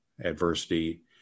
adversity